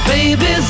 Baby